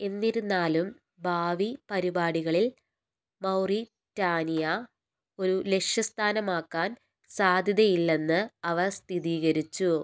എന്നിരുന്നാലും ഭാവി പരിപാടികളിൽ മൗറിറ്റാനിയ ഒരു ലക്ഷ്യസ്ഥാനമാക്കാൻ സാധ്യതയില്ലെന്ന് അവർ സ്ഥിരീകരിച്ചു